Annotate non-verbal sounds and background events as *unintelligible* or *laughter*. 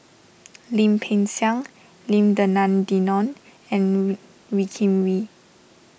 Lim Peng Siang Lim Denan Denon and *unintelligible* Wee Kim Wee